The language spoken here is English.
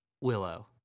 Willow